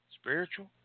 Spiritual